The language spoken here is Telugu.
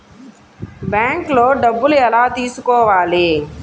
బ్యాంక్లో డబ్బులు ఎలా తీసుకోవాలి?